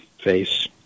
face